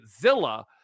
Zilla